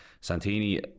Santini